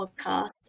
podcast